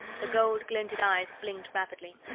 the gold-glinted eyes blinked rapidly.